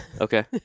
Okay